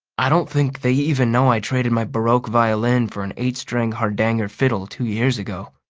i don't think they even know i traded my baroque violin for an eight-string hardanger fiddle two years ago.